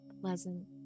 pleasant